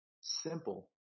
Simple